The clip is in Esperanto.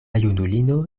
junulino